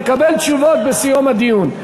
תקבל תשובות בסיום הדיון.